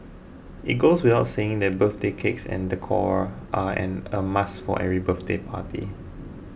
it goes without saying that birthday cakes and decor are an a must for every birthday party